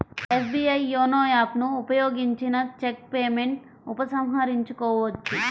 SBI YONO app ను ఉపయోగించిన check payment ఉపసంహరించుకోవచ్చు